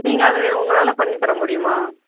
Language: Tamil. நீங்கள் அதை அதை உங்களால் பண்ணி தர முடியுமா